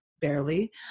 barely